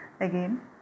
again